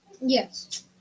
yes